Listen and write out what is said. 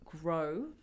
grow